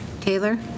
Taylor